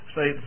Say